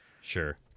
Sure